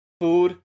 food